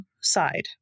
side